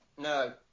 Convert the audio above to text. No